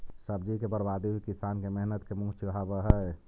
सब्जी के बर्बादी भी किसान के मेहनत के मुँह चिढ़ावऽ हइ